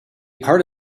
part